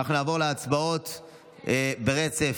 אנחנו נעבור להצבעות ברצף.